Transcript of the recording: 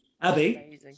Abby